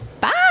Bye